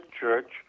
church